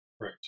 Right